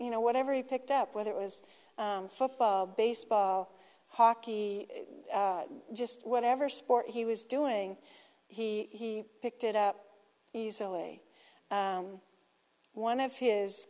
you know whatever he picked up whether it was football baseball hockey just whatever sport he was doing he picked it up easily one of his